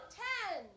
ten